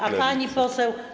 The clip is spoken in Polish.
A pani poseł.